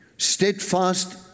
Steadfast